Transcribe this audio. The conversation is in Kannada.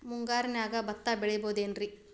ಮುಂಗಾರಿನ್ಯಾಗ ಭತ್ತ ಬೆಳಿಬೊದೇನ್ರೇ?